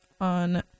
on